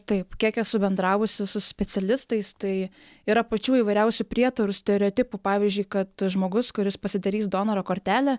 taip kiek esu bendravusi su specialistais tai yra pačių įvairiausių prietarų stereotipų pavyzdžiui kad žmogus kuris pasidarys donoro kortelę